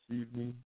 evening